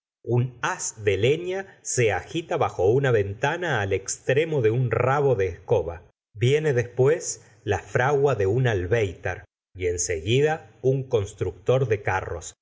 un haz de leiia se agita bajo una ventana al extremo de un rabo de escoba viene después la nr rr'gg gustavo flaubert fragua de un albeitar y en seguida un constructor de carros